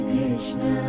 Krishna